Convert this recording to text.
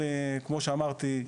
כמו שאמרתי,